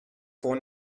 for